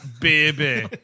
baby